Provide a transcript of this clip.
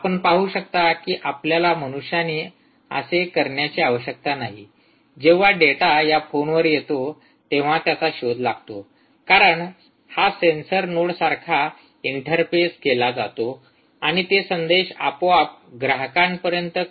आपण पाहू शकता की आपल्याला मनुष्यांनी असे करण्याची आवश्यकता नाही जेव्हा डेटा या फोनवर येतो तेव्हा त्याचा शोध लागतो कारण हा सेन्सर नोड सारखा इंटरफेस केला जातो आणि ते संदेश आपोआप ग्राहकांपर्यंत कसा येतो ते आपण पाहूया